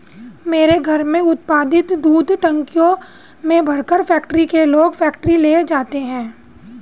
मेरे घर में उत्पादित दूध टंकियों में भरकर फैक्ट्री के लोग फैक्ट्री ले जाते हैं